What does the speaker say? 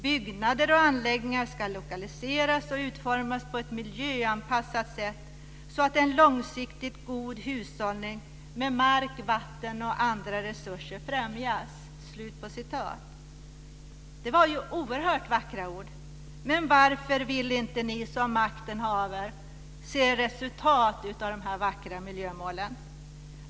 Byggnader och anläggningar skall lokaliseras och utformas på ett miljöanpassat sätt och så att en långsiktigt god hushållning med mark, vatten och andra resurser främjas." Det är ju oerhört vackra ord. Men varför vill inte ni som makten haver se resultat av de vackra miljömålen?